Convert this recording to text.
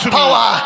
power